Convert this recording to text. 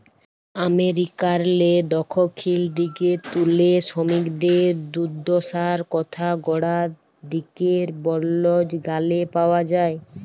আমেরিকারলে দখ্খিল দিগে তুলে সমিকদের দুদ্দশার কথা গড়া দিগের বল্জ গালে পাউয়া যায়